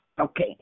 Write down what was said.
Okay